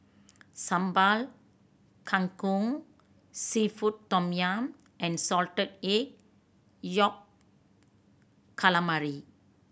Sambal Kangkong seafood tom yum and Salted Egg Yolk Calamari